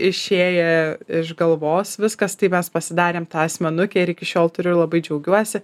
išėję iš galvos viskas tai mes pasidarėm tą asmenukę ir iki šiol turiu ir labai džiaugiuosi